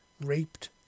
raped